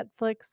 Netflix